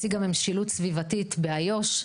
הציגה משילות סביבתית באיו"ש.